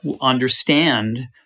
understand